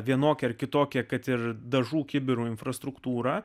vienokią ar kitokią kad ir dažų kibiru infrastruktūrą